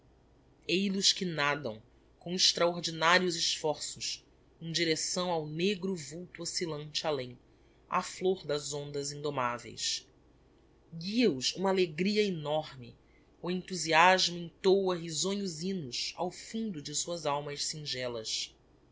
eil os que nadam com extraordinarios esforços em direcção ao negro vulto oscillante além á flôr das ondas indomaveis guia os uma alegria enorme o enthusiasmo entôa risonhos hymnos ao fundo de suas almas singelas